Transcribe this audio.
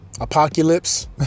Apocalypse